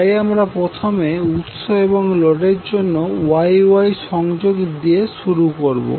তাই আমরা প্রথমে উৎস এবং লোডের জন্য Y Y সংযোগ দিয়ে শুরু করবো